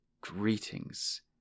Greetings